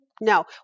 No